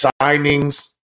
signings